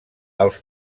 els